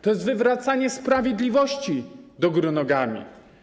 To jest wywracanie sprawiedliwości do góry nogami.